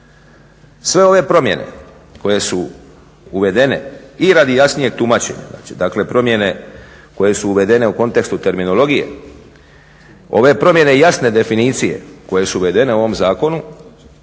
Sve ove promjene koje su uvedene i radi jasnijeg tumačenja, znači, dakle, promjene koje su uvedene u kontekstu terminologije. Ove promjene jasne definicije koje su uvedene u ovom Zakonu